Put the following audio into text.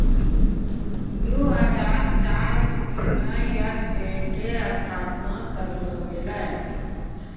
दु हजार चार इस्वी मे यस बैंक के स्थापना करलो गेलै